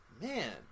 Man